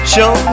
Show